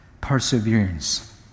perseverance